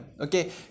okay